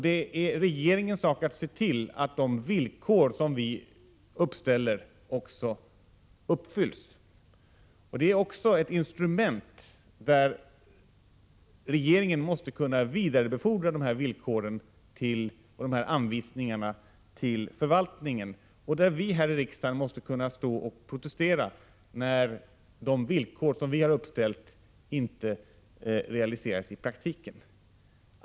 Det är regeringens sak att se till, att de villkor som vi uppställer också uppfylls. Regeringen måste kunna vidarebefordra de här villkoren och anvisningarna till förvaltningen, och vi här i riksdagen måste kunna protestera när de villkor som vi har uppställt inte realiseras i praktiken. Herr talman!